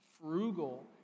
frugal